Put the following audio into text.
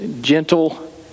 gentle